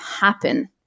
happen